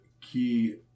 key